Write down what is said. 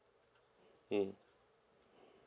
mm